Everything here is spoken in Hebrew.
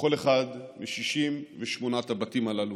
מכל אחד מ-68 הבתים הללו,